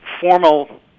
formal